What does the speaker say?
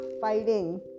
fighting